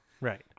Right